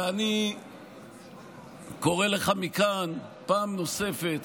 ואני קורא לך מכאן פעם נוספת